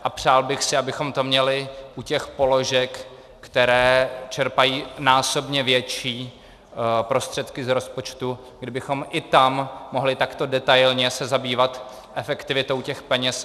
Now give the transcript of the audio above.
A přál bych si, abychom to měli u těch položek, které čerpají násobně větší prostředky z rozpočtu, kdybychom i tam mohli takto detailně se zabývat efektivitou těch peněz.